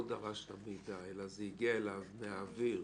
דרש את המידע אלא זה הגיע אליו מהאוויר,